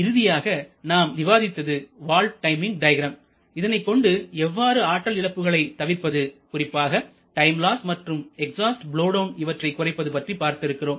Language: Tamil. இறுதியாக நாம் விவாதித்தது வால்வு டைமிங் டயக்ராம் இதனைக் கொண்டு எவ்வாறு ஆற்றல் இழப்புகளை தவிர்ப்பது குறிப்பாக டைம் லாஸ் மற்றும் எக்ஸாஸ்ட் பலோவ் டவுன் இவற்றைக் குறைப்பது பற்றி பார்த்திருக்கிறோம்